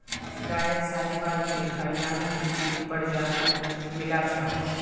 गायत साहीवाल गिर हरियाणा सिंधी प्रजाति मिला छ